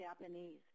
Japanese